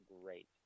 great